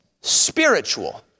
spiritual